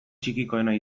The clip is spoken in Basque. txikikoena